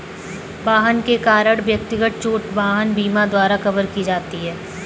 वाहन के कारण व्यक्तिगत चोट वाहन बीमा द्वारा कवर की जाती है